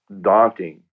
daunting